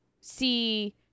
see